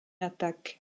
attaque